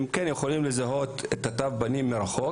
הם כן יכולים לזהות את תווי הפנים מרחוק